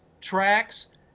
tracks